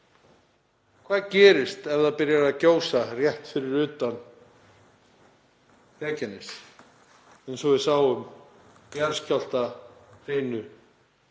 Hvað gerist ef það byrjar að gjósa rétt fyrir utan Reykjanes, þar sem við sáum jarðskjálftahrinu